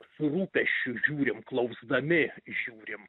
su rūpesčiu žiūrim klausdami žiūrim